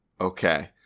Okay